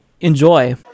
enjoy